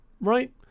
right